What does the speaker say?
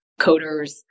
coders